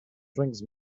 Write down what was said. drinks